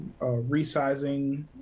resizing